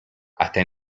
hasta